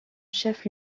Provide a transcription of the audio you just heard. chef